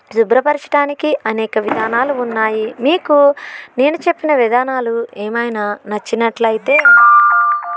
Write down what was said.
శుభ్రపరచడానికి అనేక విధానాలు ఉన్నాయి మీకు నేను చెప్పిన విధానాలు ఏమైనా నచ్చినట్లయితే